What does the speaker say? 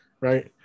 right